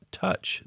touch